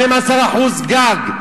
12% גג,